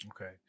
Okay